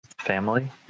family